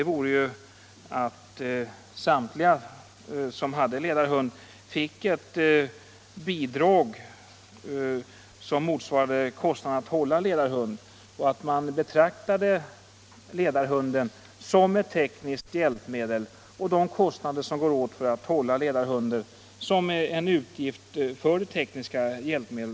gå vore att ge samtliga som har ledarhund bidrag som motsvarar kostnaderna för att hålla ledarhund. Det skulle innebära att man betraktade ledarhunden som ett tekniskt hjälpmedel och de kostnader som går åt för att hålla ledarhunden som en utgift för det tekniska hjälpmedlet.